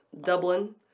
Dublin